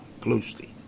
closely